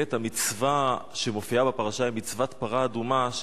ובאמת המצווה שמופיעה בפרשה היא מצוות פרה אדומה,